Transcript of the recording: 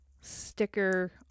sticker